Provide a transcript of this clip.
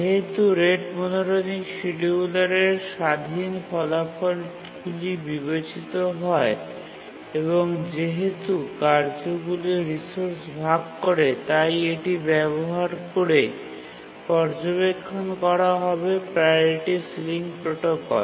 যেহেতু rate monotonic শিডিয়ুলারের স্বাধীন ফলাফলগুলি বিবেচিত হয় এবং যেহেতু কার্যগুলি রিসোর্স ভাগ করে তাই এটি ব্যবহার করে পর্যবেক্ষণ করা হবে প্রাওরিটি সিলিং প্রোটোকল